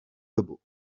dobu